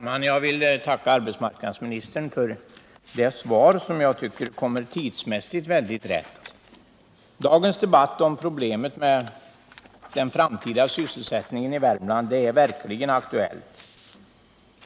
Herr talman! Jag tackar arbetsmarknadsministern för detta svar, som jag tycker tidsmässigt kom mycket lägligt. Dagens debatt om problemet med den framtida sysselsättningen i Värmland är verkligen aktuell.